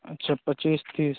अच्छा पच्चीस तीस